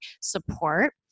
support